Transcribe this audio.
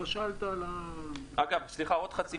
לא שאלת על --- אגב, סליחה, עוד חצי משפט.